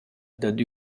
dad